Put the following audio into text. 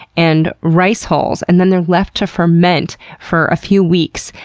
and rice hulls, and then they're left to ferment for a few weeks.